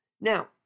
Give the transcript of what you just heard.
Now